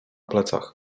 plecach